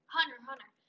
Hunter-Hunter